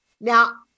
Now